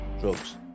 Drugs